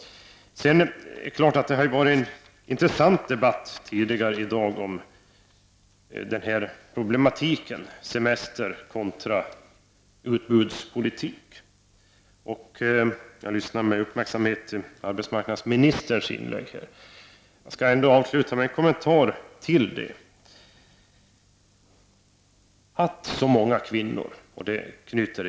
Den debatt som förts här tidigare i dag om problematiken semester kontra utbudspolitik har varit intressant. Jag lyssnade med uppmärksamhet till arbetsmarknadsministerns inlägg. Jag vill avslutningsvis komma med en kommentar till detta som anknyter till vår motion.